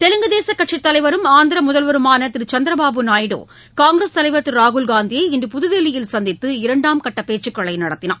தெலுங்கு தேசக் கட்சித் தலைவரும் ஆந்திர முதல்வருமான திரு சந்திரபாபு நாயுடு காங்கிரஸ் தலைவர் திரு ராகுல்காந்தியை இன்று புதுதில்லியில் சந்தித்து இரண்டாம் கட்டப் பேச்சுக்களை நடக்கினார்